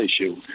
issue